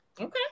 Okay